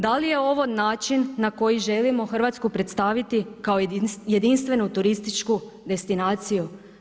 Da li je ovo način na koji želimo Hrvatsku predstaviti kao jedinstvenu turističku destinaciju?